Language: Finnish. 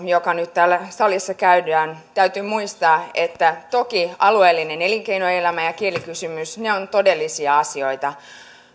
joka nyt täällä salissa käydään täytyy muistaa että toki alueellinen elinkeinoelämä ja kielikysymys ovat todellisia asioita